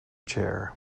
chair